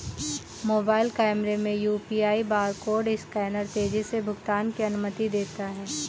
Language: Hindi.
मोबाइल कैमरे में यू.पी.आई बारकोड स्कैनर तेजी से भुगतान की अनुमति देता है